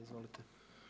Izvolite.